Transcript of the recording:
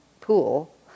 pool